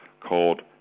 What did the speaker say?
called